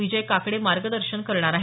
विजय काकडे मार्गदर्शन करणार आहेत